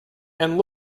and